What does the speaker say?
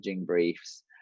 briefs